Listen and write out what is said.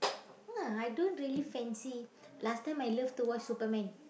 ah I don't really fancy last time I loved to watch Superman